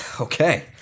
okay